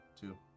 two